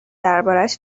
دربارش